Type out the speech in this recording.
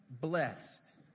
blessed